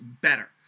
better